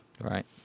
Right